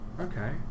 Okay